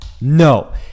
No